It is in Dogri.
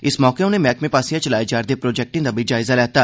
इस मौके उनें मैह्कमे आसेआ चलाए जा'रदे प्रोजेक्टें दा बी जायजा लैता